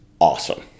awesome